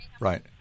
Right